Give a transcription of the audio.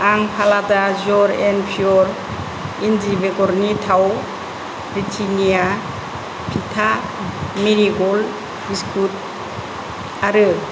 आं फालादा श्यर एन प्युर इन्दि बेगरनि थाव ब्रिटिनिया बिटा मेरि गल्ड बिस्कुट आरो